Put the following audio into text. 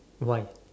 why